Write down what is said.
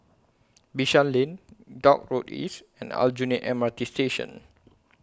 Bishan Lane Dock Road East and Aljunied M R T Station